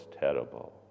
terrible